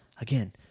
Again